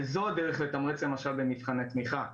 וזו הדרך לתמרץ למשל במבחני תמיכה.